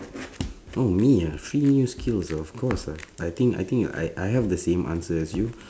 oh me ah three new skills of course ah I think I think I I have the same answer as you